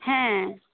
হ্যাঁ